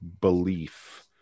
belief